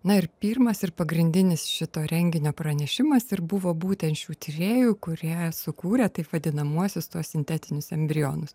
na ir pirmas ir pagrindinis šito renginio pranešimas ir buvo būtent šių tyrėjų kurie sukūrė taip vadinamuosius tuos sintetinius embrionus